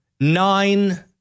nine